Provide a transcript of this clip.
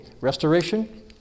restoration